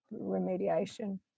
remediation